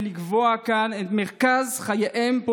ולקבוע את מרכז חייהם פה,